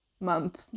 month